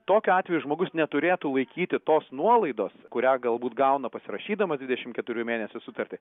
tokiu atveju žmogus neturėtų laikyti tos nuolaidos kurią galbūt gauna pasirašydamas dvidešimt keturių mėnesių sutartį